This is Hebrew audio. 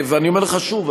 ואני אומר לך שוב,